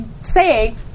say